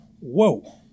whoa